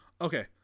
okay